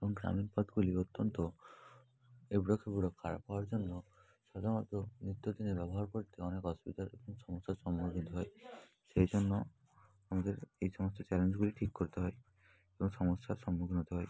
এবং গ্রামের পথগুলি অত্যন্ত এবড়ো খেবড়ো খারাপ হওয়ার জন্য সাধারণত নিত্যদিনে ব্যবহার করতে অনেক অসুবিধার সমস্যার সম্মুখীন হয় সেই জন্য আমাদের এই সমস্ত চ্যালেঞ্জগুলি ঠিক করতে হয় এবং সমস্যার সম্মুখীন হতে হয়